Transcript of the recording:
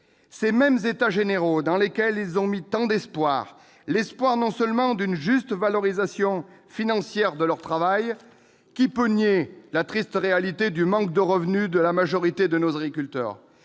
ces mêmes États généraux dans lesquels ils ont mis tant d'espoir, non seulement celui d'une juste valorisation financière de leur travail- qui peut nier la triste réalité du manque de revenu de la majorité de nos agriculteurs